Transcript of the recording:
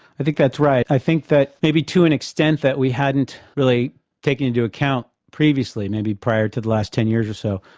i think that's right. i think that maybe to an extent that we hadn't really taken into account previously, maybe prior to the last ten years or so,